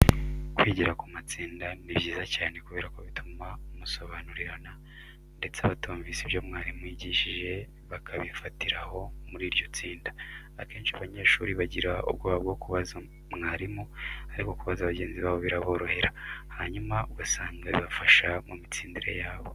Kwigira mu matsinda ni byiza cyane kubera ko bituma musobanurirana ndetse abatumvise ibyo mwarimu yigishije bakabifatira aho muri iryo tsinda. Akenshi abanyeshuri bagira ubwoba bwo kubaza mwarimu ariko kubaza bagenzi babo biraborohera, hanyuma ugasanga bibafasha mu mitsindire yabo.